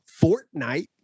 Fortnite